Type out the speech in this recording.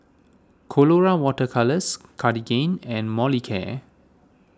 Colora Water Colours Cartigain and Molicare